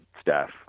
staff